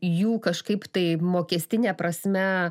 jų kažkaip tai mokestine prasme